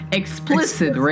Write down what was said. explicit